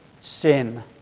sin